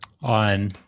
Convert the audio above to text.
On